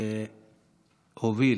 שהוביל